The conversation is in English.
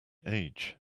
age